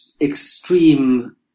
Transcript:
Extreme